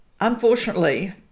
Unfortunately